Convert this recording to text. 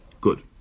Good